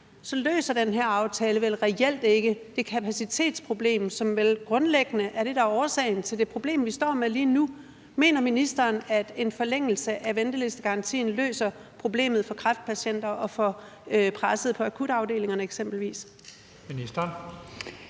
løser den her aftale vel reelt ikke det kapacitetsproblem, som vel grundlæggende er det, der er årsagen til det problem, vi står med lige nu. Mener ministeren, at en forlængelse af ventelistegarantien løser problemet for kræftpatienter og i forhold til presset på akutafdelingerne eksempelvis?